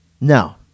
No